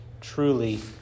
truly